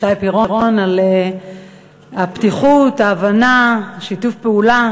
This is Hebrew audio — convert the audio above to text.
שי פירון על הפתיחות, ההבנה, שיתוף הפעולה,